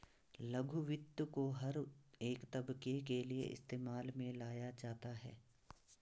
लघु वित्त को हर एक तबके के लिये इस्तेमाल में लाया जाता है